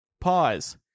Pause